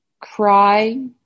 Cry